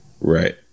Right